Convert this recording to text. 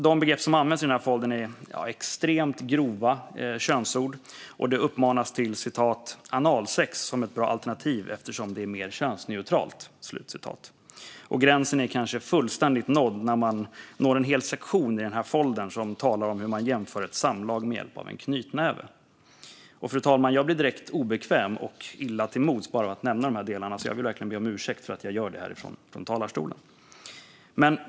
De begrepp som används i denna folder är extremt grova könsord. Det uppmanas till analsex som ett bra alternativ eftersom det är mer könsneutralt. Gränsen är kanske fullständigt nådd när man når en hel sektion i foldern som talar om hur ett samlag genomförs med hjälp av en knytnäve. Fru talman! Jag blir direkt obekväm och illa till mods bara av att nämna dessa delar, så jag vill verkligen be om ursäkt för att jag gör det härifrån talarstolen.